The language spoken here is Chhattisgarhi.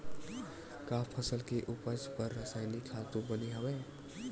का फसल के उपज बर रासायनिक खातु बने हवय?